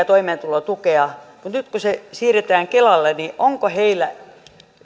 toimeentulotukea hae nyt kun se siirretään kelalle onko heillä